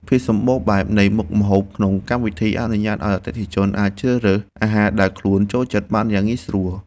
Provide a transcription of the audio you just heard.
ភាពសម្បូរបែបនៃមុខម្ហូបក្នុងកម្មវិធីអនុញ្ញាតឱ្យអតិថិជនអាចជ្រើសរើសអាហារដែលខ្លួនចូលចិត្តបានយ៉ាងងាយស្រួល។